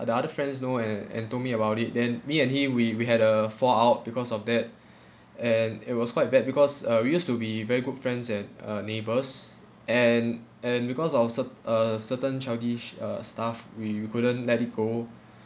the other friends know and and told me about it then me and him we we had a fall out because of that and it was quite bad because uh we used to be very good friends and uh neighbors and and because of cert~ a certain childish uh stuff we we couldn't let it go